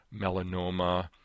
melanoma